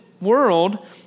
world